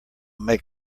make